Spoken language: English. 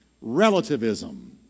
Relativism